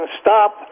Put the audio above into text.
stop